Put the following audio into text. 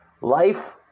Life